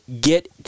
get